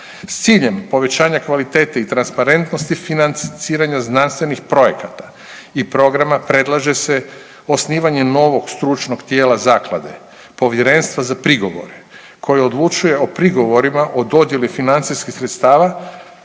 S ciljem povećanja kvalitete i transparentnosti financiranja znanstvenih projekata i programa predlaže se osnivanje novog stručnog tijela zaklade, povjerenstva za prigovore koje odlučuje o prigovorima o dodjeli financijskih sredstava